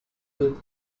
with